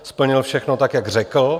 Splnil všechno tak, jak řekl.